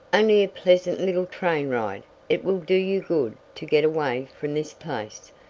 only a pleasant little train ride it will do you good to get away from this place.